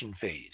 phase